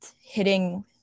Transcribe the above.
hitting